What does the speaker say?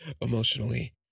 emotionally